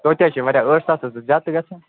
توتہِ حظ چھِ واریاہ ٲٹھ ساس حظ چھِ زیادٕ تہٕ گژھان